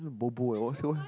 bobo ah what said what